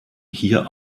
hier